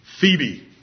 Phoebe